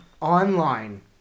online